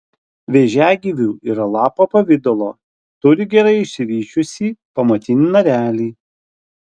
vėžiagyvių yra lapo pavidalo turi gerai išsivysčiusį pamatinį narelį